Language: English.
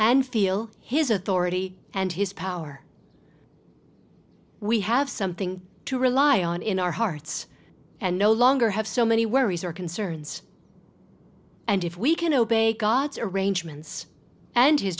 and feel his authority and his power we have something to rely on in our hearts and no longer have so many worries or concerns and if we can obey god's arrangements and